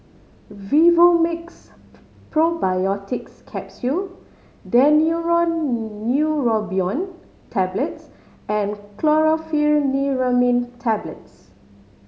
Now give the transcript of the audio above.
Vivomixx Probiotics Capsule Daneuron Neurobion Tablets and Chlorpheniramine Tablets